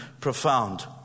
profound